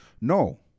No